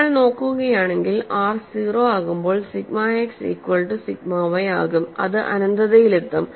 നിങ്ങൾ നോക്കുകയാണെങ്കിൽ r 0 ആകുമ്പോൾ sigma x equal to sigma y ആകും അത് അനന്തതയിലെത്തും